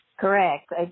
Correct